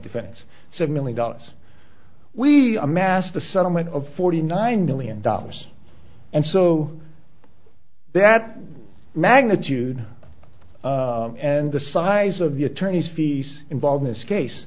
defense said million dollars we amassed a settlement of forty nine million dollars and so that magnitude and the size of the attorney's fees involved this case